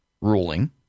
ruling